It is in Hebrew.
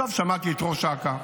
עכשיו שמעתי את ראש אכ"א.